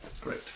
Great